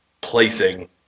placing